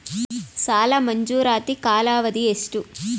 ಸಾಲ ಮಂಜೂರಾತಿ ಕಾಲಾವಧಿ ಎಷ್ಟು?